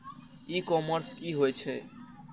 ई commerce की होय छेय?